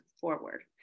forward